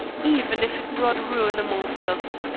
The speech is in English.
even if it brought ruin amongst us.